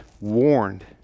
warned